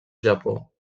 japó